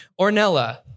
Ornella